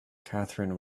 catherine